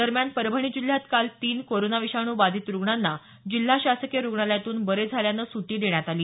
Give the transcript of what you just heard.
दरम्यान परभणी जिल्ह्यात काल तीन कोरोना विषाणू बाधित रुग्णांना जिल्हा शासकीय रुग्णालयातून बरे झाल्यानं सुटी देण्यात आली